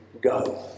go